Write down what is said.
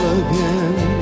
again